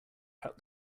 cut